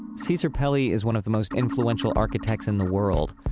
caesar pelli is one of the most influential architects in the world.